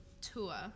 tour